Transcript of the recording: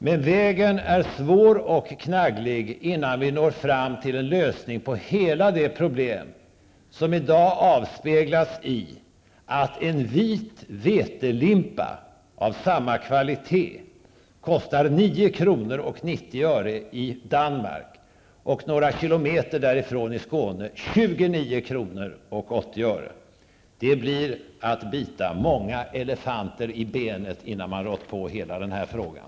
Men vägen är svår och knagglig innan vi når fram till en lösning på hela det problem som i dag avspeglas i att en vit vetelimpa av samma kvalitet kostar 9:90 i Danmark och några kilometer därifrån i Skåne 29:80. Det blir att bita många elefanter i benet, innan man rått på hela den här frågan!